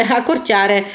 accorciare